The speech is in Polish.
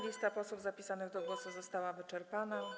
Lista posłów zapisanych do głosu została wyczerpana.